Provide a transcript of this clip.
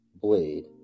blade